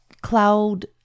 Cloud